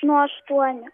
nuo aštuonių